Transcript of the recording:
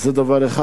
זה דבר אחד.